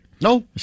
No